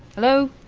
hello?